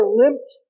limped